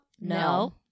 No